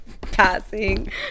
passing